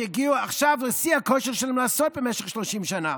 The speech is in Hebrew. שהגיעו עכשיו לשיא הכושר שלהן לעשות במשך 30 שנה?